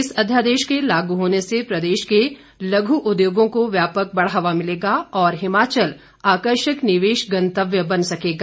इस अध्यादेश के लागू होने से प्रदेश के लघू उद्योगों को व्यापक बढ़ावा मिलेगा और हिमाचल आकर्षक निवेश गंतव्य बन सकेगा